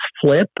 flip